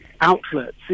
outlets